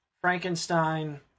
Frankenstein